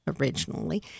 originally